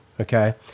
okay